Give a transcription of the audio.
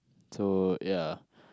so ya